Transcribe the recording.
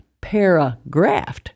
paragraph